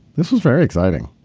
this was very exciting.